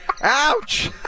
Ouch